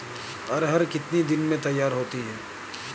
अरहर कितनी दिन में तैयार होती है?